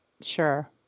sure